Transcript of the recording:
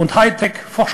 וכל מיני חברות.